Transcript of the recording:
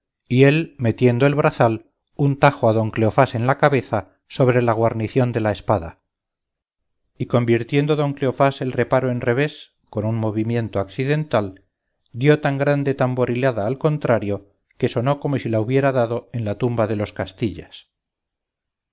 y él metiendo el brazal un tajo a don cleofás en la cabeza sobre la guarnición de la espada y convirtiendo don cleofás el reparo en revés con un movimiento accidental dió tan grande tamborilada al contrario que sonó como si la hubiera dado en la tumba de los castillas